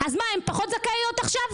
אז מה הן פחות זכאיות עכשיו?